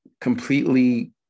completely